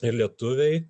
ir lietuviai